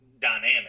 dynamic